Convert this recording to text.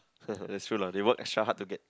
that's true lah they work extra hard to get